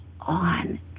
on